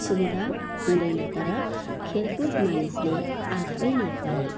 सुविधा हुँदैन तर खेलकुद मानिसले आफैले पनि